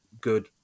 good